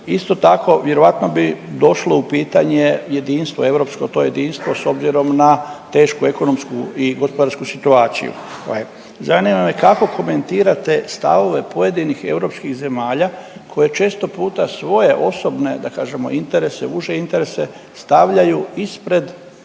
Isto tako, vjerojatno bi došlo u pitanje jedinstvo europsko, to jedinstvo s obzirom na tešku ekonomsku i gospodarsku situaciju koja je. Zanima me kako komentirate stavove pojedinih europskih zemalja koje često puta svoje osobne da kažemo interese, uže interese stavljaju ispred